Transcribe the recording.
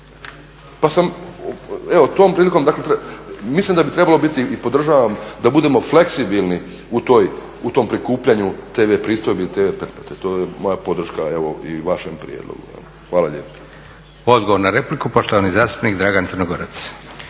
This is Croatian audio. Pa sam evo tom prilikom, mislim da bi trebalo biti i podržavam da budemo fleksibilni u tom prikupljanju tv pristojbe ili tv pretplate. To je moja podrška evo i vašem prijedlogu. Hvala lijepa. **Leko, Josip (SDP)** Odgovor na repliku, poštovani zastupnik Dragan Crnogorac.